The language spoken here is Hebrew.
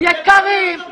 הם יקרים.